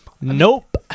Nope